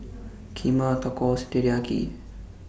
Kheema Tacos Teriyaki